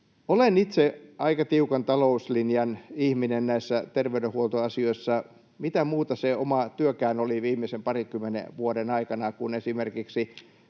Olen itse aika tiukan talouslinjan ihminen näissä terveydenhuoltoasioissa. Mitä muuta se oma työkään oli viimeisen parinkymmenen vuoden aikana, kun esimerkiksi